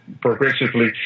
progressively